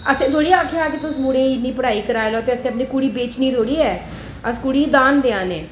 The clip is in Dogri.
असें थोह्ड़े आखेआ हा कि तुस अपने मुड़े गी अपने मुड़े गी इन्नी पढ़ाई कराई लो असें अपनी कुड़ी बेचनी थोह्ड़ी ऐ अस अपनी कुड़ी दान देआ ने